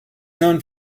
known